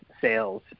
sales